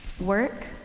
work